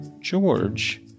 George